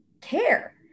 care